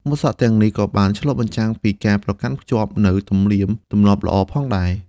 ម៉ូតសក់ទាំងនោះក៏បានឆ្លុះបញ្ចាំងពីការប្រកាន់ខ្ជាប់នូវទំនៀមទម្លាប់ល្អផងដែរ។